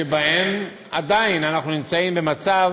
שבהם עדיין אנחנו נמצאים במצב